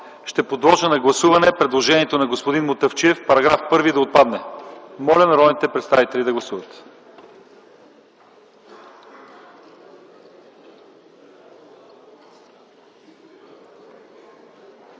Подлагам на гласуване предложението на господин Мутафчиев § 1 да отпадне. Моля народните представители да гласуват.